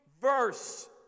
verse